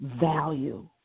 value